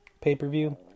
pay-per-view